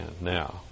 now